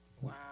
Wow